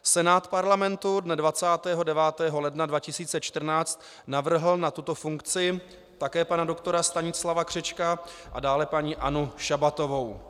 Senát Parlamentu dne 29. ledna 2014 navrhl na tuto funkci také pana doktora Stanislava Křečka a dále paní Annu Šabatovou.